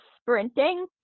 sprinting